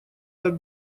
так